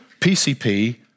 PCP